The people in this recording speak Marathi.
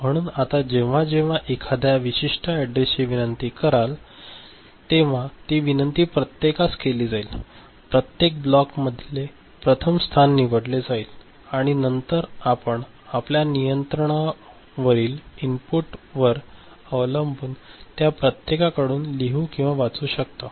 म्हणून आता जेव्हा जेव्हा एखाद्या विशिष्ट अॅड्रेसची विनंती कराल तेव्हा टी विनंती प्रत्येकास केली जाईल त्प्रत्येक ब्लॉक मधले प्रथम स्थान निवडले जाईल आणि नंतर आपण आपल्या नियंत्रणावरील इनपुटवर अवलंबून त्या प्रत्येकाकडून लिहू किंवा वाचू शकता